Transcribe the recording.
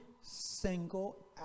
single